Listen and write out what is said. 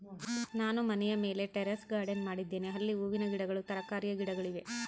ನಾನು ಮನೆಯ ಮೇಲೆ ಟೆರೇಸ್ ಗಾರ್ಡೆನ್ ಮಾಡಿದ್ದೇನೆ, ಅಲ್ಲಿ ಹೂವಿನ ಗಿಡಗಳು, ತರಕಾರಿಯ ಗಿಡಗಳಿವೆ